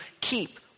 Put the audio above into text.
keep